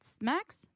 max